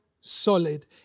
solid